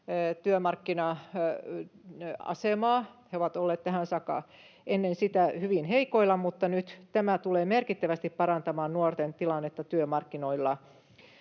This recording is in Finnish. työmarkkina-asemaa. He ovat olleet tähän saakka, ennen sitä, hyvin heikoilla, mutta nyt tämä tulee merkittävästi parantamaan nuorten tilannetta työmarkkinoilla.